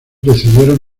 decidieron